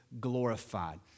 glorified